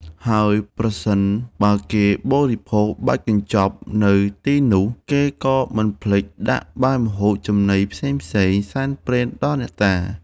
ហើយប្រសិនបើគេបរិភោគបាយកញ្ចប់នៅទីនោះ គេក៏មិនភ្លេចដាក់បាយម្ហូបចំណីផ្សេងៗសែនព្រេនដល់អ្នកតា។